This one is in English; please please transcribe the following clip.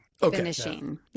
Finishing